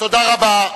תודה רבה.